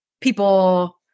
people